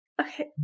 Okay